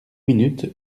minutes